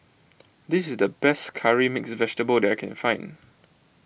this is the best Curry Mixed Vegetable that I can find